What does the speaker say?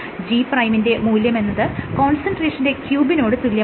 G' ന്റെ മൂല്യമെന്നത് കോൺസെൻട്രേഷന്റെ ക്യൂബിനോട് തുല്യമാണ്